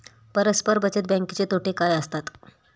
परस्पर बचत बँकेचे तोटे काय असतात?